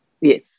Yes